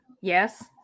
Yes